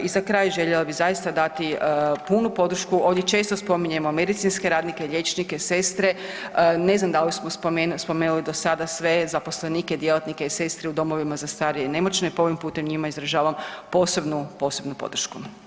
I za kraj, željela bi zaista dati punu podršku, ovdje često spominjemo medicinske radnike, liječnike, sestre, ne znam da li smo spomenuli da sada sve zaposlenike, djelatnike i sestre u domovima za starije i nemoćne, pa ovim putem njima izražavam posebnu, posebnu podršku.